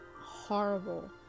horrible